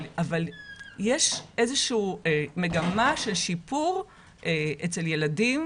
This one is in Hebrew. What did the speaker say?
אבל יש איזושהי מגמה של שיפור אצל ילדים